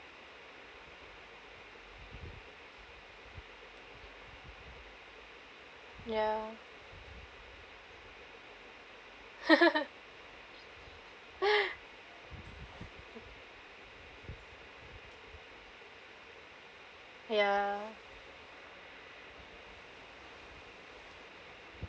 ya ya